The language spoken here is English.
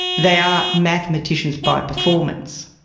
they are mathematicians by performance.